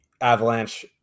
Avalanche